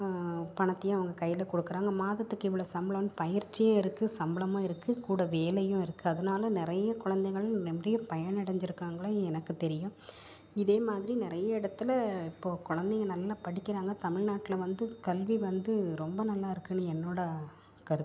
பணத்தையும் அவங்க கையில் கொடுக்குறாங்க மாதத்துக்கு இவ்வளோ சம்பளம்னு பயிற்சி இருக்குது சம்பளமும் இருக்குது கூட வேலையும் இருக்குது அதனால் நிறைய குழந்தைங்களும் நிறைய பயனடைஞ்சுருக்காங்களா எனக்கு தெரியும் இதே மாதிரி நிறைய இடத்துல இப்போது குழந்தைங்க நல்லா படிக்கிறாங்க தமிழ்நாட்ல வந்து கல்வி வந்து ரொம்ப நல்லா இருக்குதுனு என்னோடய கருத்து